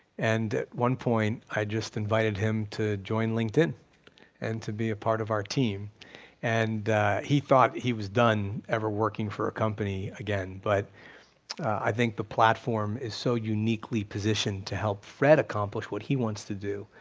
and at one point, i just invited him to join linkedin and to be a part of our team and he thought he was done ever working for a company again, but i think the platform is so uniquely positioned to help fred accomplish what he wants to do,